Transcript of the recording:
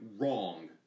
wrong